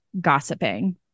gossiping